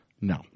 No